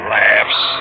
laughs